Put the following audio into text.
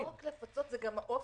לא רק לפצות אלא גם האופן.